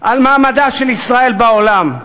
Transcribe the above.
על מעמדה של ישראל בעולם,